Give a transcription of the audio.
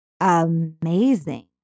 amazing